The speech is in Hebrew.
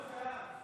להעביר